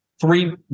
three